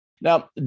Now